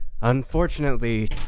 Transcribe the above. unfortunately